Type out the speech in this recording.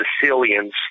Sicilians